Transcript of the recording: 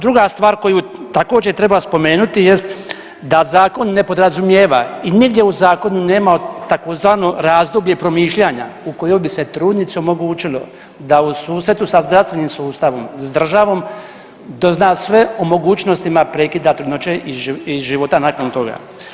Druga, druga stvar koju također treba spomenuti jest da zakon ne podrazumijeva i nigdje u zakonu nema tzv. razdoblje promišljanja u kojem bi se trudnici omogućilo da u susretu sa zdravstvenim sustavom, s državom, dozna sve o mogućnostima prekida trudnoće i života nakon toga.